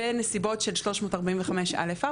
בנסיבות של 345א4,